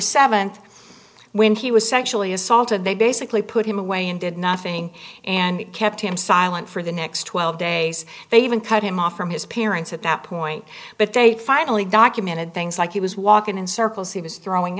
th when he was sexually assaulted they basically put him away and did nothing and kept him silent for the next twelve days they even cut him off from his appearance at that point but they finally documented things like he was walking in circles he was throwing